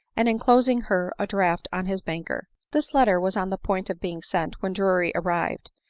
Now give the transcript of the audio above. and enclosing her a draft on his banker. this letter was on the point of being sent when drury arrived,